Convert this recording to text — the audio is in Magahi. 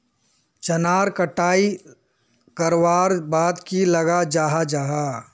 चनार कटाई करवार बाद की लगा जाहा जाहा?